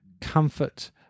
comfort